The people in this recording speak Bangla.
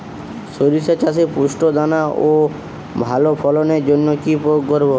শরিষা চাষে পুষ্ট দানা ও ভালো ফলনের জন্য কি প্রয়োগ করব?